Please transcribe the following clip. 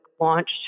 launched